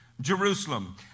Jerusalem